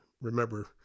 remember